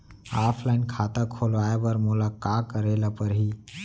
Offline खाता खोलवाय बर मोला का करे ल परही?